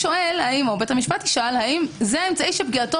בית המשפט ישאל האם זה אמצעי שפגיעתו